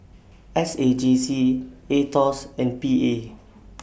S A J C Aetos and P A